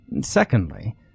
Secondly